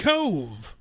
Cove